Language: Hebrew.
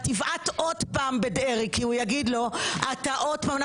יבעט עוד פעם בדרעי כי הוא יגיד לו שעוד פעם אנחנו